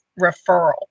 referral